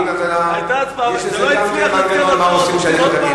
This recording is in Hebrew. היתה הצבעה וכשזה לא הצליח עושים עוד פעם?